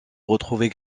retrouver